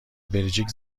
بلژیک